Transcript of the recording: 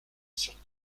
sur